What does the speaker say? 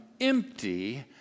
empty